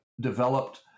developed